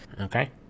Okay